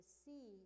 see